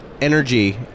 energy